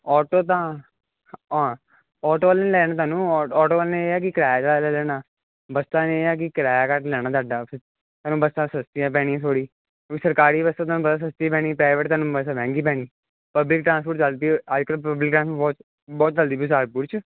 auto ਤਾਂ auto ਵਾਲੇ ਨੇ ਲੈਣੇ ਤੁਹਾਨੂੰ ਆਟੋ ਨੇ ਇਹ ਕਿ ਕਿਰਾਇਆ ਜ਼ਿਆਦਾ ਲੈਣਾ ਬੱਸਾਂ ਦਾ ਇਹ ਹੈ ਕਿ ਕਿਰਾਇਆ ਘੱਟ ਜਾਣਾ ਤੁਹਾਡਾ ਬੱਸਾਂ ਸਸਤੀ ਪੈਣੀ ਥੋੜ੍ਹੀ ਸਰਕਾਰੀ ਬੱਸਾਂ ਤੁਹਾਨੂੰ ਪਤਾ ਸਸਤੀ ਪੈਣੀ ਥੋੜ੍ਹੀ ਪ੍ਰਾਈਵੇਟ ਤੁਹਾਨੂੰ ਪਤਾ ਮਹਿੰਗੀ ਪੈਣੀ ਪਬਲਿਕ ਟਰਾਂਸਪੋਰਟ ਚਲਦੀ ਅੱਜ ਕੱਲ੍ਹ ਪਬਲਿਕ ਟਰਾਂਸਪੋਰਟ ਬਹੁਤ ਚਲਦੀ ਪਈ ਸਹਾਰਨਪੁਰ ਵਿੱਚ